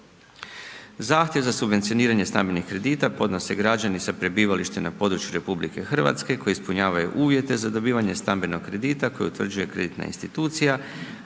Zahtjev za subvencioniranje stambenih kredita podnose građani sa prebivalištem na području RH, koji ispunjavaju uvjete za dobivanje stambenog kredita koji utvrđuje kreditna institucija,